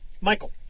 Michael